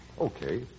Okay